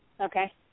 Okay